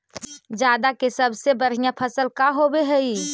जादा के सबसे बढ़िया फसल का होवे हई?